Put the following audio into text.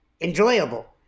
enjoyable